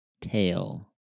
tail